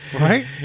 Right